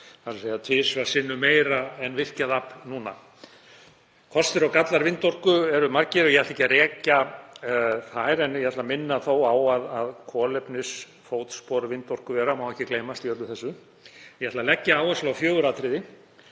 MW, þ.e. tvisvar sinnum meira en virkjað afl núna. Kostir og gallar vindorku eru margir og ég ætla ekki að rekja þá, en ég ætla þó að minna á að kolefnisfótspor vindorkuvera má ekki gleymast í öllu þessu. Ég ætla að leggja áherslu á fjögur atriði: